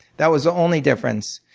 that was the only difference.